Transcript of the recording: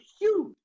huge